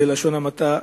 בלשון המעטה,